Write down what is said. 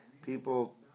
People